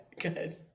good